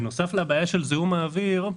בנוסף לבעיית זיהום האוויר,